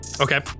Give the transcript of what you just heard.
Okay